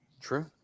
True